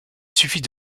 suffit